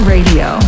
Radio